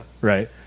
Right